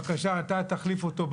בבקשה, תחליף אותו.